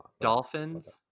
Dolphins